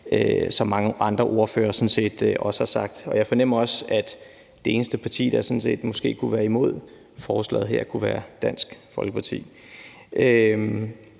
som mange andre ordførere sådan set også har sagt. Jeg fornemmer, at det eneste parti, der måske kunne være imod forslaget her, kunne være Dansk Folkeparti.